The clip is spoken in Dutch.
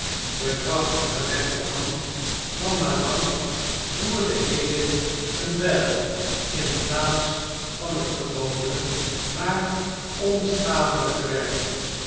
de krachtige rechterhand van madame voerde heden eene bjjl in plaats van het gewone maar onschadeiyke werk